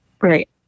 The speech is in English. right